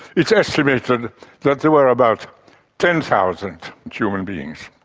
it's estimated that there were about ten thousand human beings.